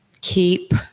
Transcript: keep